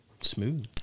Smooth